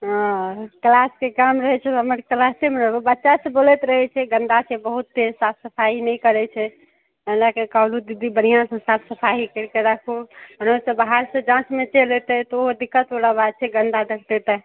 हँ ओ तोरा सबके काम रहै छौ हमर कलासेमे रहबौ बच्चा सब बोलैत रहै छै गन्दा छै बहुत्ते साफ सफाइ नहि करै छै एनाके कहू दीदी बढ़िआँ से साफ सफाइ करि के रक्खू नहि तऽ बाहरसे जाँचमे चलि अइतै तऽ ओहो दिक्कतबला बात छै गन्दा देखतै तऽ